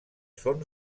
son